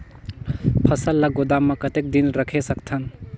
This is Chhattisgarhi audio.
फसल ला गोदाम मां कतेक दिन रखे सकथन?